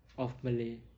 of malay